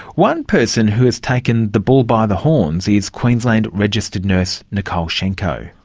one person who has taken the bull by the horns is queensland registered nurse nicole shenko.